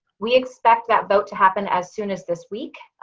we expect that vote to happen as soon as this week.